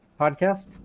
podcast